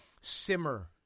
simmer